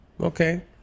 Okay